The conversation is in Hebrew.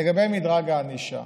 לגבי מדרג הענישה,